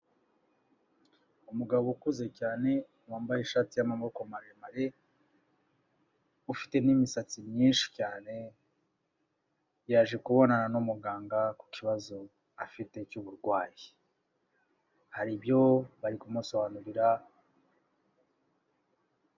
Umugabo ukuze cyane, wambaye ishati y'amaboko maremare, ufite n'imisatsi myinshi cyane, yaje kubonana n'umuganga, ku kibazo afite cy'uburwayi. Hari ibyo bari kumusobanurira.